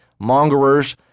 mongerers